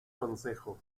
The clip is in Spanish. consejo